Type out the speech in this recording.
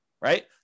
Right